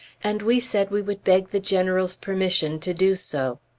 and we said we would beg the general's permission to do so.